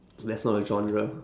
that's not a genre